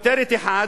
כותרת אחת,